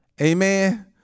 Amen